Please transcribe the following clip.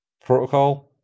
protocol